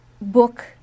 book